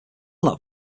that